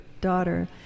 daughter